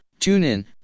TuneIn